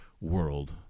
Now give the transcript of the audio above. world